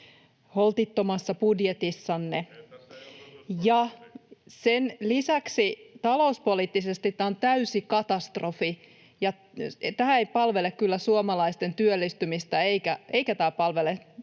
elvytyspaketti?] Sen lisäksi talouspoliittisesti tämä on täysi katastrofi. Tämä ei palvele kyllä suomalaisten työllistymistä, eikä tämä palvele taloutta.